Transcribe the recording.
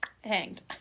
hanged